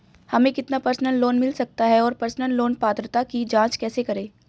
हमें कितना personal loan मिल सकता है और पर्सनल लोन पात्रता की जांच कैसे करें?